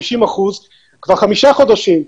50% כבר חמישה חודשים,